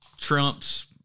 Trump's